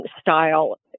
style